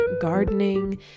gardening